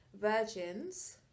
virgins